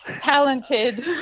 talented